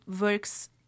works